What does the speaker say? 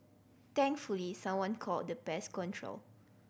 thankfully someone called the pest control